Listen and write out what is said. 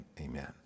amen